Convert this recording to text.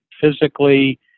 physically